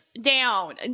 down